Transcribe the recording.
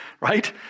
right